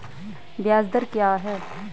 ब्याज दर क्या है?